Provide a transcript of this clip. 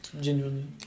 genuinely